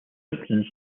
simpsons